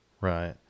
Right